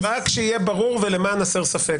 רק שיהיה ברור ולמען הסר ספק,